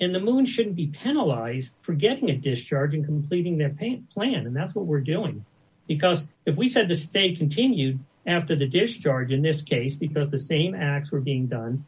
in the moon shouldn't be penalize forgetting it is charging completing their pain plan and that's what we're doing because if we set the stage continue after the dish charge in this case because of the same acts were being done